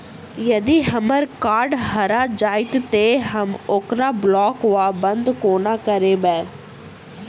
यदि हम्मर कार्ड हरा जाइत तऽ हम ओकरा ब्लॉक वा बंद कोना करेबै?